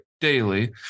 daily